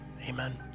Amen